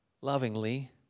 lovingly